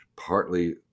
partly